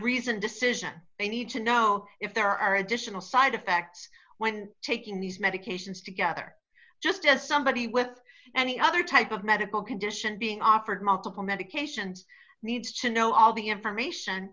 reasoned decision they need to know if there are additional side effects when taking these medications together just as somebody with any other type of medical condition being offered multiple medications needs to know all the information